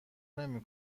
نمی